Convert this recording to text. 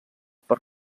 per